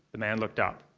the man looked up.